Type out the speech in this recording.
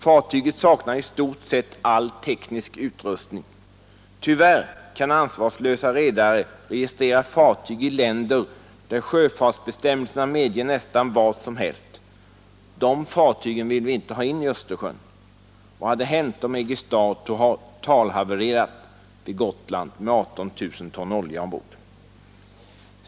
Fartyget saknade i stort sett all teknisk utrustning. Tyvärr kan ansvarslösa redare registrera fartyg i länder där sjöfartsbestämmelserna medger nästan vad som helst. De fartygen vill vi inte ha in i Östersjön. Vad hade hänt om Aegis Star totalhavererat vid Gotland med 18 000 ton olja ombord?